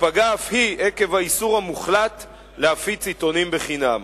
תיפגע אף היא עקב האיסור המוחלט להפיץ עיתונים בחינם.